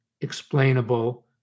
explainable